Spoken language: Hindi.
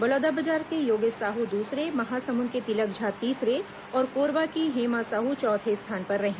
बलौदाबाजार के योगेश साहू दूसरे महासमुंद के तिलक झा तीसरे और कोरबा की हेमा साहू चौथे स्थान पर रहीं